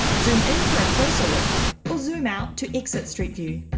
zoom in for a closer look, or zoom out to exit street view.